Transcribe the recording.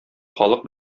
халык